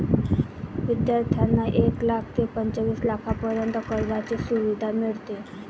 विद्यार्थ्यांना एक लाख ते पंचवीस लाखांपर्यंत कर्जाची सुविधा मिळते